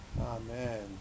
Amen